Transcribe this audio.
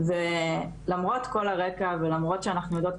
ולמרות כל הרקע ולמרות שאנחנו יודעות,